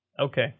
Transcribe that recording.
Okay